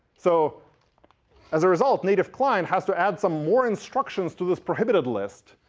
so as a result, native client has to add some more instructions to this prohibited list.